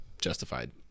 justified